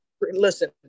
Listen